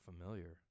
familiar